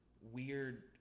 weird